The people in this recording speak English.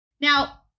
Now